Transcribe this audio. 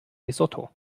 lesotho